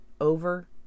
over